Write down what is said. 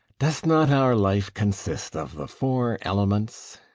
does not our life consist of the four elements?